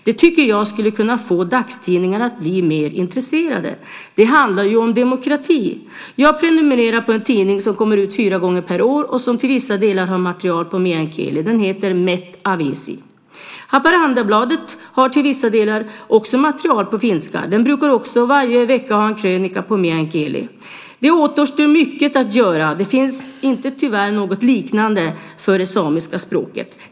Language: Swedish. Det borde kunna få dagstidningar att bli mer intresserade. Det handlar ju om demokrati. Jag prenumererar på en tidning som kommer ut fyra gånger per år och som till viss del har material på meänkieli. Den heter MET-aviisi. Haparandabladet har till viss del material på finska. Den brukar också varje vecka ha en krönika på meänkieli. Det återstår mycket att göra. Det finns tyvärr inget liknande för det samiska språket.